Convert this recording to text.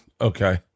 okay